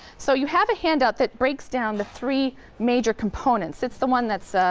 so you have a handout that breaks down the three major components. it's the one that's